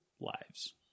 lives